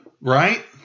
Right